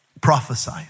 prophesy